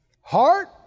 Heart